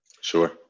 Sure